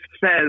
says